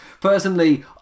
personally